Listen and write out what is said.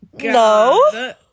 no